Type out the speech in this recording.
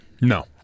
No